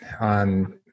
On